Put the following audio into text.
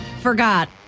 forgot